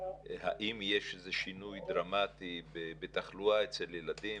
האם יש איזה שינוי דרמטי בתחלואה אצל ילדים,